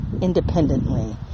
independently